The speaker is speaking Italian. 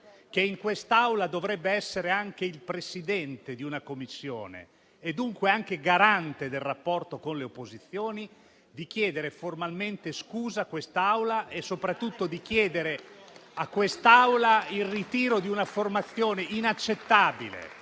che in quest'Aula dovrebbe essere anche il Presidente di una Commissione e dunque garante del rapporto con le opposizioni, di chiedere formalmente scusa a quest'Assemblea e soprattutto di chiedere a quest'Assemblea il ritiro di una espressione inaccettabile.